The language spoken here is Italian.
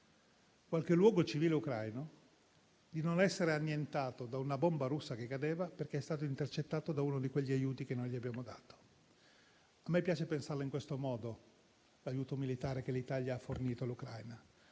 qualche luogo civile ucraino di non essere annientato da una bomba russa che cadeva, perché è stato intercettato da uno di quegli aiuti che noi gli abbiamo dato. A me piace pensarlo in questo modo l'aiuto militare che l'Italia ha fornito all'Ucraina: